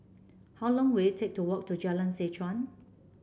how long will it take to walk to Jalan Seh Chuan